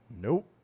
Nope